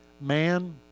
Man